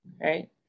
right